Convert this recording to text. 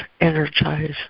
energize